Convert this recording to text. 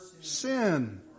sin